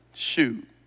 shoot